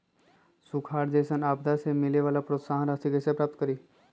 सुखार जैसन आपदा से मिले वाला प्रोत्साहन राशि कईसे प्राप्त करी?